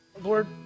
Lord